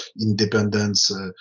independence